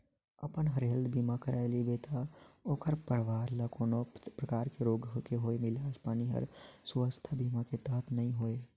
अपन बर हेल्थ बीमा कराए रिबे त ओखर परवार ल कोनो परकार के रोग के होए मे इलाज पानी हर सुवास्थ बीमा के तहत नइ होए